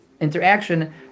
interaction